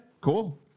cool